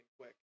quick